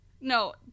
No